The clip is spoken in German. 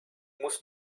muss